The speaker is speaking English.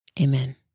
Amen